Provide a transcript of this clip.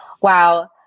Wow